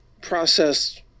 processed